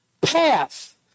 path